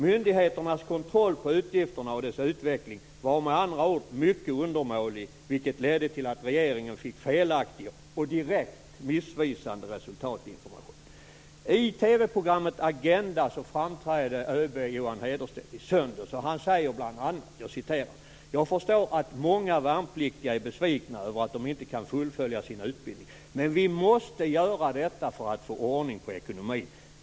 Myndigheternas kontroll över utgifterna och deras utveckling var med andra håll mycket undermålig, vilket ledde till att regeringen fick felaktig och direkt missvisande resultatinformation. Hederstedt i söndags. Han sade bl.a.: Jag förstår att många värnpliktiga är besvikna över att de inte kan fullfölja sin utbildning, men vi måste göra detta för att få ordning på ekonomin.